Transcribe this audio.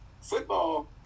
Football